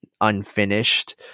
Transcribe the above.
unfinished